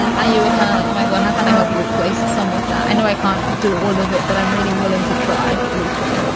you were kind of, oh, my god, how can i help you replace some of that? i know i can't do all of it, but i'm really willing to try. luka,